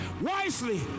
wisely